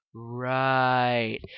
Right